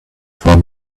for